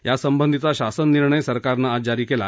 यासंबंधीचा शासन निर्णय सरकारनं आज जारी केला